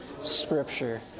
Scripture